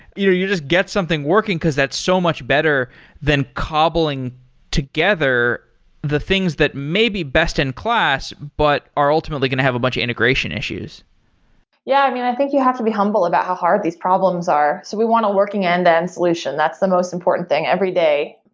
you know you just get something working, because that's so much better than cobbling together the things that maybe best-in-class, but are ultimately going to have a bunch of integration issues yeah. i mean, i think you have to be humble about how hard these problems are. so we want a working and end-to-end solution. that's the most important thing every day.